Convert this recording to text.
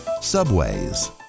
subways